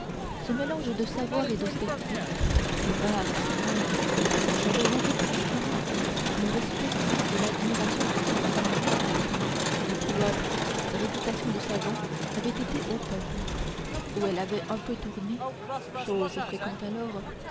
ce mélange de savoir et d'austérité si rare à son âge l'avait rendu promptement le respect et l'admiration du cloître du cloître sa réputation de savant avait été au peuple où elle avait un peu tourné chose fréquente alors